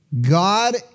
God